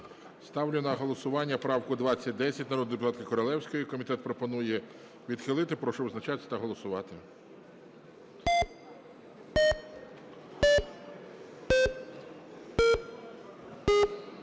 Ставлю на голосування правку 2010 народної депутатки Королевської. Комітет пропонує відхилити. Прошу визначатися та голосувати.